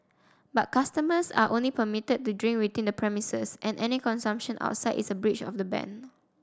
but customers are only permitted to drink within the premises and any consumption outside is a breach of the ban